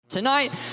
Tonight